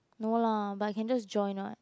no lah but can just join [what]